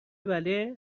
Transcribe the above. بله